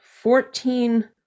fourteen